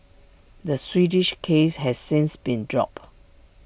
the Swedish case has since been dropped